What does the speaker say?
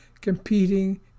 competing